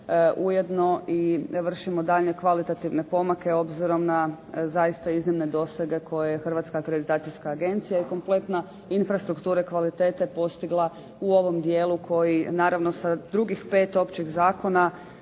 ujedno i vršimo i daljnje kvalitativne pomake obzirom na zaista iznimne dosege koje je Hrvatska akreditacijska agencija i kompletna infrastruktura kvalitete postigla u ovom dijelu koji, naravno sa drugih pet općih zakona,